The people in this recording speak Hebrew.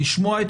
לשמוע,